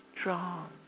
strong